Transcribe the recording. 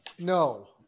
No